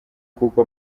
kuko